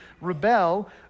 rebel